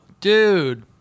dude